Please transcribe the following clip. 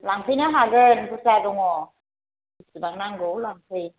लांफैनो हागोन बुरजा दङ बेसेबां नांगौ लांफै